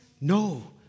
no